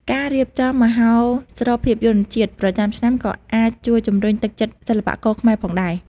ការរៀបចំមហោស្រពភាពយន្តជាតិប្រចាំឆ្នាំក៏អាចជួយជំរុញទឹកចិត្តសិល្បករខ្មែរផងដែរ។